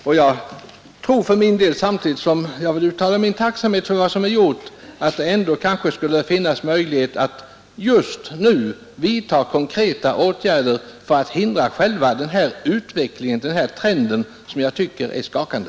Och jag tror för min del — samtidigt som jag vill uttala min tacksamhet för vad som är gjort — att det ändå kanske skulle finnas möjlighet att just nu vidta konkreta åtgärder för att hindra själva denna utveckling, denna trend, som jag tycker är skakande.